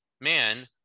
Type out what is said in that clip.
man